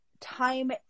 time